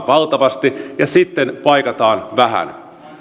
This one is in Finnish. valtavasti ja sitten paikataan vähän